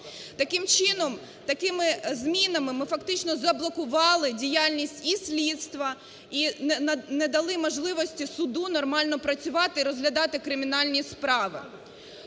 Такими чином, такими змінами ми фактично заблокувати діяльність і слідства і не дали можливості суду нормально працювати і розглядати кримінальні справи.